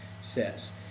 says